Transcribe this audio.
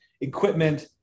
equipment